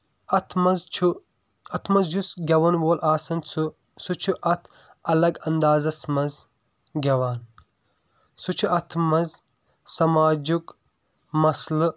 اَتھ منٛز چھُ اَتھ منٛز یُس گیوَن وول آسان سُہ چھُ سُہ اکھ الگ انٛدازَس منٛز گیٚوان سُہ چھُ اَتھ منٛز سماجُک مَسلہٕ